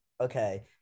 Okay